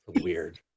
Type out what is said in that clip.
weird